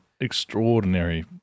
extraordinary